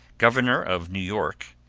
governor of new york,